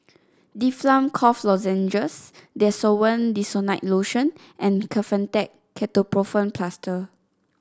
Difflam Cough Lozenges Desowen Desonide Lotion and Kefentech Ketoprofen Plaster